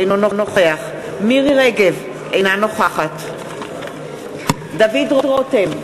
אינו נוכח מירי רגב, אינה נוכחת דוד רותם,